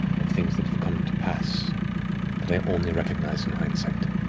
of things that have come to pass that i only recognize in hindsight.